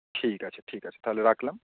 ঠিক আছে ঠিক আছে তাহলে রাখলাম